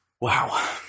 Wow